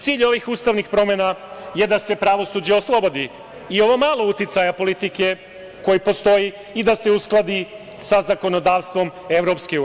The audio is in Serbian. Cilj ovih ustavnih promena je da se pravosuđe oslobodi i ovo malo uticaja politike koji postoji i da se uskladi sa zakonodavstvom EU.